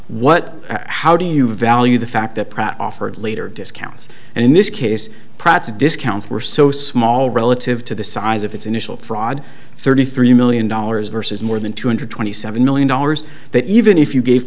what how do you value the fact that pratt offered later discounts and in this case profits discounts were so small relative to the size of its initial fraud thirty three million dollars versus more than two hundred twenty seven million dollars that even if you gave